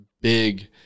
big